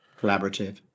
collaborative